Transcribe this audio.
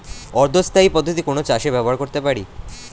অর্ধ স্থায়ী পদ্ধতি কোন চাষে ব্যবহার করতে পারি?